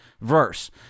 verse